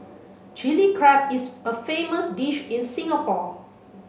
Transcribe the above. Chilli Crab is a famous dish in Singapore